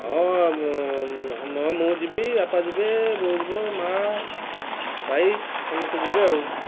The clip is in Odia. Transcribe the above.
ହଁ ମୁଁ ମୁଁ ମୁଁ ଯିବି ବାପା ଯିବେ ବୋଉ ଯିବ ମାଆ ଭାଇ ସମସ୍ତେ ଯିବେ ଆଉ